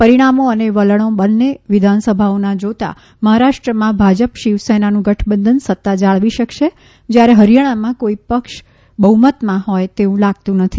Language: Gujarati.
પરિણામો અને વલણો બંને વિધાનસભાઓના જોતાં મહારાષ્ટ્રમાં ભાજપ શિવસેનાનું ગઠબંધન સત્તા જાળવી શકશે જયારે હરિયાણામાં કોઇ પક્ષ બહૂમતમાં હોય તેવું લાગતું નથી